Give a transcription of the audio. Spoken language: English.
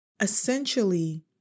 essentially